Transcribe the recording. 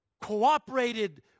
cooperated